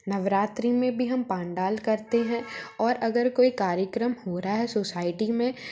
नवरात्रि मे भी हम पंडाल करते हैं और अगर कोई कार्यक्रम हो रहा है सोसाइटी में